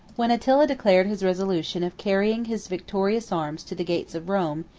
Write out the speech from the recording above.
when attila declared his resolution of carrying his victorious arms to the gates of rome,